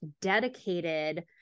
dedicated